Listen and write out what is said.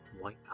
white